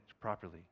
properly